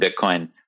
Bitcoin